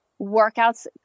workouts